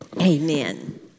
Amen